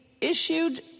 issued